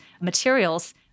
materials